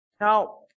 Now